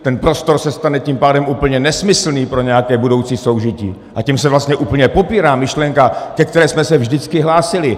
Ten prostor se stane tím pádem úplně nesmyslný pro nějaké budoucí soužití, a tím se vlastně úplně popírá myšlenka, ke které jsme se vždycky hlásili.